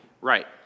Right